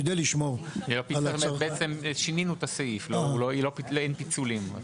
כדי לשמור --- שינינו את הסעיף; אין פיצולים.